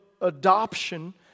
adoption